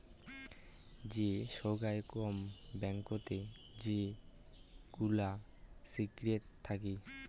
যে সোগায় কম ব্যাঙ্কতে সে সেগুলা সিক্রেট থাকি